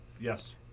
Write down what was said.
Yes